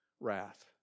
wrath